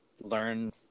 learn